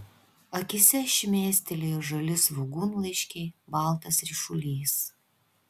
akyse šmėstelėjo žali svogūnlaiškiai baltas ryšulys